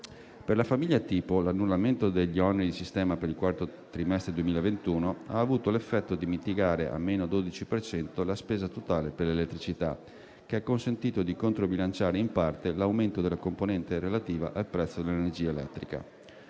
Per la famiglia tipo l'annullamento degli oneri di sistema per il quarto trimestre 2021 ha avuto l'effetto di mitigare, di almeno il 12 per cento, la spesa totale per l'elettricità, che ha consentito di controbilanciare in parte l'aumento della componente relativa al prezzo dell'energia elettrica.